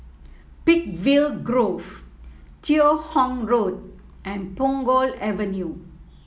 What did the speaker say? Peakville Grove Teo Hong Road and Punggol Avenue